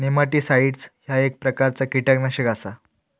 nematicides ह्या एक प्रकारचा कीटकनाशक आसा